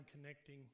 connecting